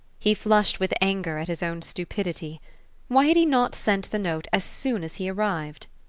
he flushed with anger at his own stupidity why had he not sent the note as soon as he arrived?